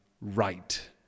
right